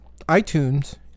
iTunes